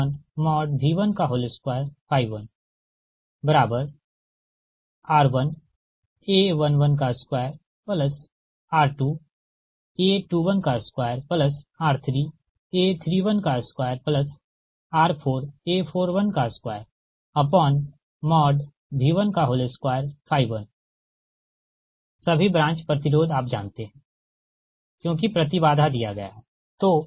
तो B11 K14AK12RKV121 R1A112R2A212R3A312R4A412V121 सभी branch प्रतिरोध आप जानते है क्योंकि प्रति बाधा दिया गया है